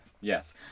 Yes